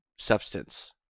substance